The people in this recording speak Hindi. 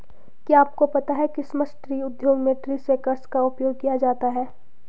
क्या आपको पता है क्रिसमस ट्री उद्योग में ट्री शेकर्स का उपयोग किया जाता है?